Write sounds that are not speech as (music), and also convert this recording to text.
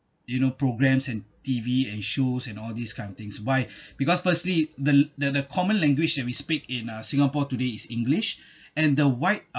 you know programs and T_V and shows and all these kind of things why (breath) because firstly the the the common language than we speak in singapore today is english (breath) and the white